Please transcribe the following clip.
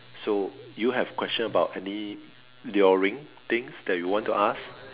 so you have question about any luring things that you want to ask